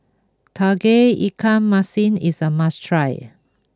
Tauge Ikan Masin is a must try